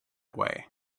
way